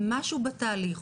משהו בתהליך,